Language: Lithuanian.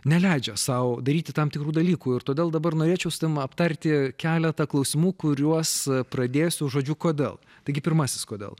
neleidžia sau daryti tam tikrų dalykų ir todėl dabar norėčiau su tavim aptarti keletą klausimų kuriuos pradėsiu žodžiu kodėl taigi pirmasis kodėl